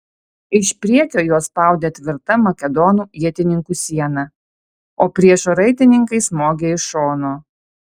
iš priekio juos spaudė tvirta makedonų ietininkų siena o priešo raitininkai smogė iš šono